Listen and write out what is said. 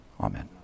Amen